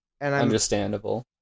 Understandable